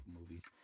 movies